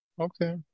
Okay